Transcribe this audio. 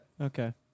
Okay